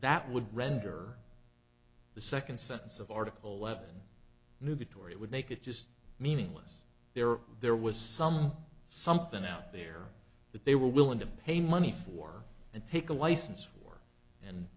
that would render the second sentence of article level nugatory would make it just meaningless there there was some something out there that they were willing to pay money for and take a license for and